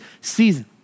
season